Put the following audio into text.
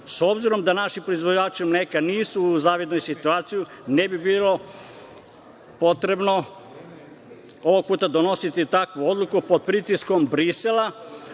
S obzirom da naši proizvođači mleka u zavidnoj situaciji, ne bi bilo potrebno ovog puta donositi takvu odluku pod pritiskom Brisela.